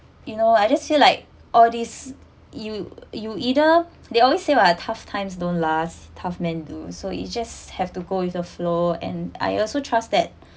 you know I just feel like all this you you either they always say what tough times don't last tough men do so you just have to go with the flow and I also trust that